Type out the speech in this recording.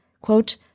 Quote